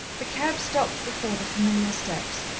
the cab stopped before the familiar steps,